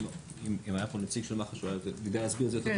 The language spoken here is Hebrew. אם היה פה נציג של מח"ש הוא היה יודע להסביר את זה יותר